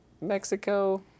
Mexico